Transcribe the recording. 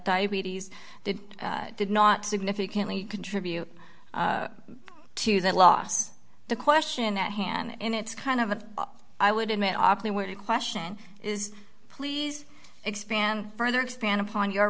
diabetes did did not significantly contribute to that loss the question at hand and it's kind of a i would admit awfully where the question is please expand further expand upon your